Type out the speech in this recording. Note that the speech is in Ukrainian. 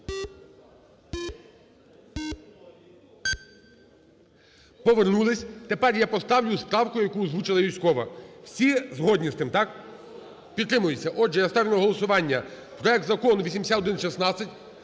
Повернулись. Тепер я поставлю з правкою, яку озвучила Юзькова. Всі згодні з тим, так? Підтримується? Отже, я ставлю на голосування проект Закону 8116,